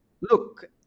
look